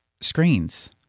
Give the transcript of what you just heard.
screens